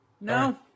No